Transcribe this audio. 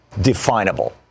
definable